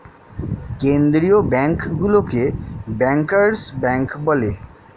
কেন্দ্রীয় ব্যাঙ্কগুলোকে bankers bank বলে